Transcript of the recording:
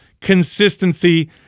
consistency